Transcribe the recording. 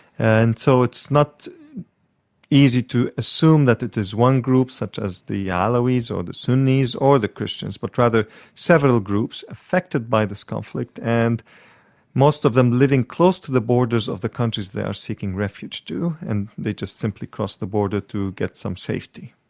and so it's not easy to assume that it is one group, such as the ah alawis or the sunnis or the christians, but rather several groups affected by this conflict and most of them living close to the borders of the countries they are seeking refuge to. and they just simply cross the border to get some safety.